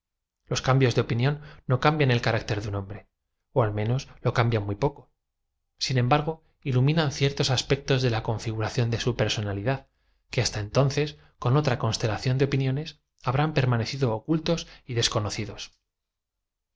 loa cambios de opinión no cambian el carácter de un hombre ó al menos lo cambian muy poco sin embargo iluminan ciertos as pectos de la configuración de su personalidad que hasta entonces con otra constelación de opiniones habrán permanecido ocultos y desconocidos